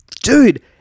Dude